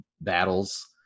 battles